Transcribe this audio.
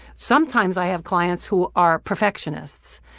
sometimes i have clients who are perfectionists.